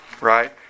right